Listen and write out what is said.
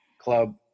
club